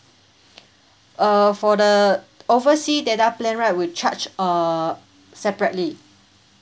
uh for the oversea data plan right will charge uh separately